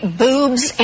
boobs